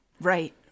Right